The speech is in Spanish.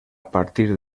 partir